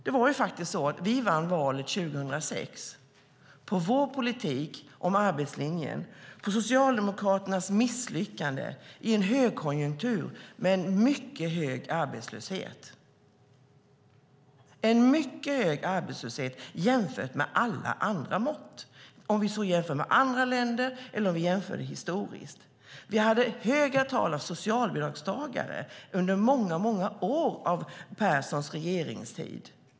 Vi vann faktiskt valet 2006 på vår politik om arbetslinjen och på Socialdemokraternas misslyckande i en högkonjunktur med en mycket hög arbetslöshet. Det var en mycket hög arbetslöshet jämfört med alla andra mått, om vi så jämför med andra länder eller om vi jämför det historiskt. Vi hade höga tal när det gällde socialbidragstagare under många år under Perssons regeringstid.